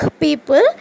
people